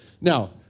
Now